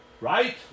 Right